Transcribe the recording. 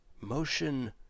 Motion